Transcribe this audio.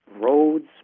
roads